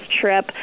trip